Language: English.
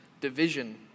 division